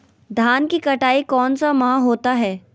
धान की कटाई कौन सा माह होता है?